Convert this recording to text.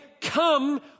come